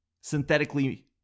synthetically